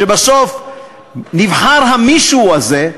שבסוף נבחר המישהו הזה,